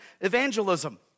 evangelism